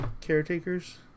caretakers